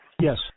Yes